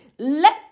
Let